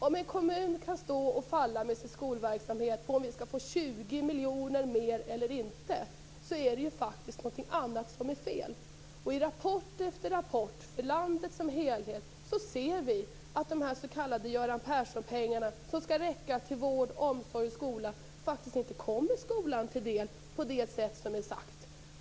Om en kommuns skolverksamhet kan stå och falla med om den får 20 miljoner mer eller inte, är det faktiskt någonting som är fel. I rapport efter rapport för landet som helhet ser vi att de s.k. Göran Persson-pengarna, som skall räcka till vård, omsorg och skola, faktiskt inte kommer skolan till del på det sätt som det är sagt.